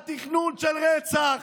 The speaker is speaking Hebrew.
על תכנון של רצח.